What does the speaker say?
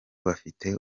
bafite